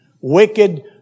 wicked